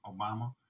Obama